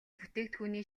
бүтээгдэхүүний